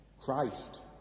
Christ